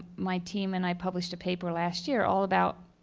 my team and i published a paper last year all about